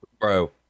Bro